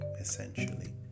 essentially